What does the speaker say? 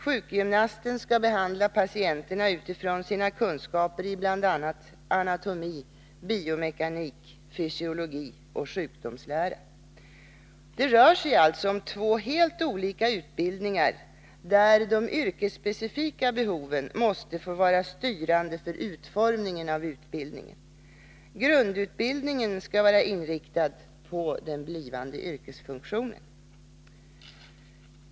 Sjukgymnasten skall behandla patienterna utifrån sina kunskaper i bl.a. anatomi, biomekanik, fysiologi och sjukdomslära. Det rör sig alltså om två helt olika utbildningar, där de yrkesspecifika behoven måste få vara styrande för utformningen av utbildningen. Grundutbildningen skall vara inriktad på den blivande yrkesfunktionen.